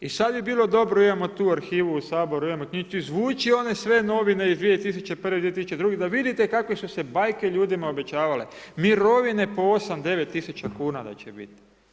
I sada bi bilo dobro, imamo tu arhivu u Saboru, izvući one sve novine iz 2001., 2002. da vidite kakve su se bajke ljudima obećavale, mirovine po 8-9 tisuća kuna da će biti.